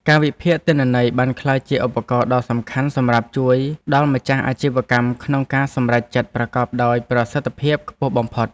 ការវិភាគទិន្នន័យបានក្លាយជាឧបករណ៍ដ៏សំខាន់សម្រាប់ជួយដល់ម្ចាស់អាជីវកម្មក្នុងការសម្រេចចិត្តប្រកបដោយប្រសិទ្ធភាពខ្ពស់បំផុត។